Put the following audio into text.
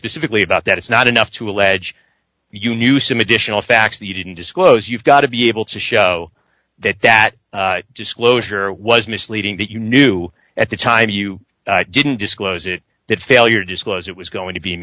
specifically about that it's not enough to allege you knew some additional facts that you didn't disclose you've got to be able to show that that disclosure was misleading that you knew at the time you didn't disclose it that failure to disclose it was going to be